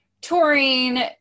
touring